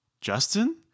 Justin